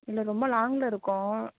இல்லை ரொம்ப லாங்கில் இருக்கோம்